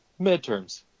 Midterms